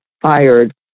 fired